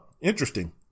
Interesting